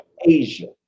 Asia